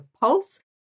Pulse